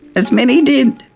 as many did.